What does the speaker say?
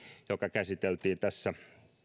joka käsiteltiin tässä